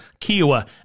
Kiowa